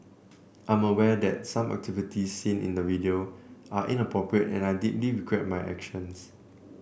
I'm aware that some activities seen in the video are inappropriate and I deeply regret my actions